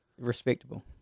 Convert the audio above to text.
respectable